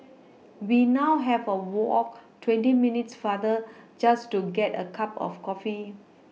we now have a walk twenty minutes farther just to get a cup of coffee